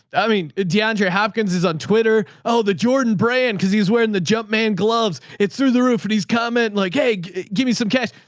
i mean, deandre hopkins is on twitter. oh, the jordan brand. cause he's wearing the jump man gloves it's through the roof and he's comment like, hey, give me some cash.